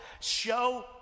Show